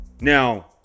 Now